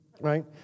right